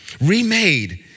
remade